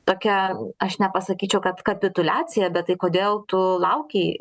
tokia aš nepasakyčiau kad kapituliacija bet tai kodėl tu laukei